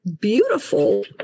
beautiful